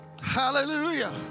hallelujah